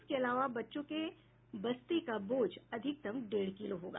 इसके अलावा बच्चों के बस्ते का बोझ अधिकतम डेढ़ किलो होगा